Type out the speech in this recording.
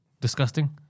Disgusting